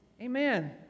Amen